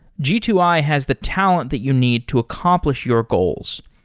g two i has the talent that you need to accompl ish your goals.